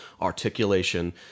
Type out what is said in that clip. articulation